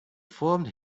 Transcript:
formed